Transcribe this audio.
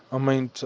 i mean,